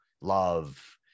love